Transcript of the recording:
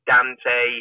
Dante